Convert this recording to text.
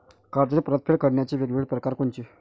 कर्जाची परतफेड करण्याचे वेगवेगळ परकार कोनचे?